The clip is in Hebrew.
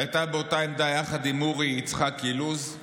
שהייתה באותה עמדה יחד עם אורי יצחק אילוז,